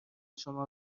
شما